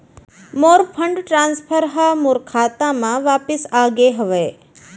मोर fund transfer हा मोर खाता मा वापिस आ गे हवे